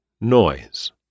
Noise